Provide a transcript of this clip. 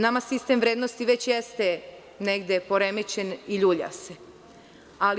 Nama sistem vrednosti već jeste negde poremećen i ljulja se.